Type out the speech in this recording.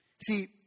See